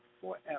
forever